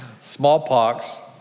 Smallpox